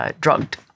Drugged